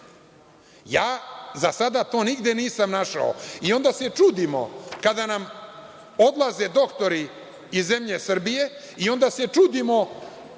Ja za sada to nigde nisam našao. Onda se čudimo kada nam odlaze doktori iz zemlje Srbije i onda se čudimo,